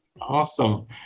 Awesome